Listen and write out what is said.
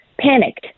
panicked